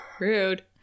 Rude